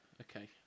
okay